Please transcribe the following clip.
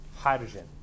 Hydrogen